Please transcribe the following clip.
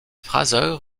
fraser